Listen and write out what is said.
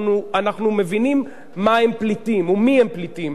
אנחנו מבינים מהם פליטים, מיהם פליטים.